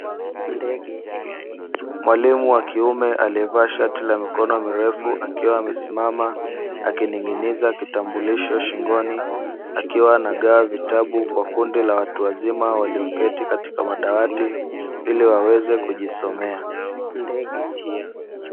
Mwalimu wa kiume aliyevaa shati la mikono mirefu, akiwa amesimama akining'iniza kitambulisho shingoni akiwa anagawa vitabu kwa kundi la watu wazima walioketi katika madawati iliwaweze kujisomea.